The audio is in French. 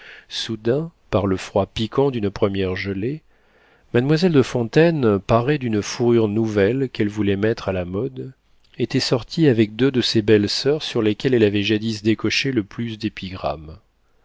soudain par le froid piquant d'une première gelée mademoiselle de fontaine parée d'une fourrure nouvelle qu'elle voulait mettre à la mode était sortie avec deux de ses belles soeurs sur lesquelles elle avait jadis décoché le plus d'épigrammes